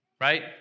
right